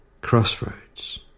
Crossroads